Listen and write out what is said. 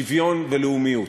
שוויון ולאומיות".